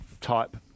type